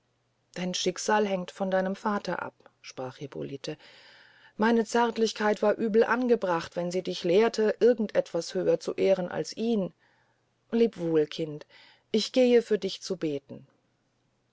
dein schicksal hängt von deinem vater ab sprach hippolite meine zärtlichkeit war übel angebracht wenn sie dich lehrte irgend etwas höher zu ehren als ihn leb wohl kind ich gehe für dich zu beten